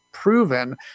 proven